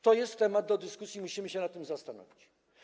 To jest temat do dyskusji, musimy się nad tym zastanowić.